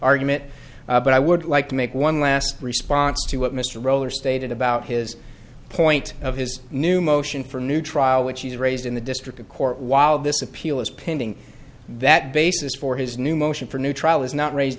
argument but i would like to make one last response to what mr roller stated about his point of his new motion for new trial which is raised in the district of court while this appeal is pending that basis for his new motion for a new trial is not raised